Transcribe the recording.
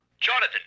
Jonathan